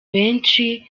benshi